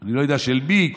אני לא יודע של מי היא,